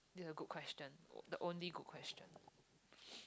this is a good question the only good question